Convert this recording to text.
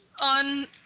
on